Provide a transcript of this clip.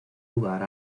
lugar